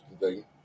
today